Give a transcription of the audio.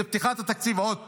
זה פתיחת התקציב עוד פעם.